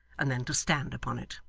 and then to stand upon it.